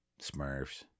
Smurfs